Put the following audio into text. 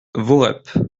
voreppe